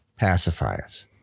pacifiers